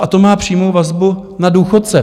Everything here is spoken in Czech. A to má přímou vazbu na důchodce.